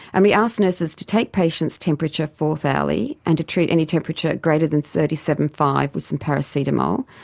and we asked nurses to take patient's temperature four-hourly and to treat any temperature greater than thirty seven. five with some paracetamol,